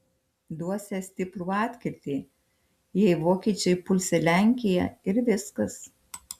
duosią stiprų atkirtį jei vokiečiai pulsią lenkiją ir viskas